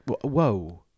Whoa